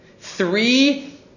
Three